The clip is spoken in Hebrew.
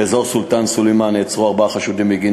באזור סולטן-סולימאן נעצרו ארבעה חשודים בגין